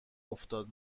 افتاد